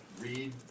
read